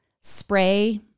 spray